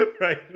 right